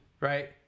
right